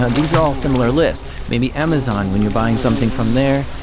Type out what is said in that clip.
and these are all similar lists. maybe amazon when you're buying something from there,